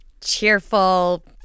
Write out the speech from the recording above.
cheerful